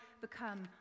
become